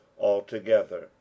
altogether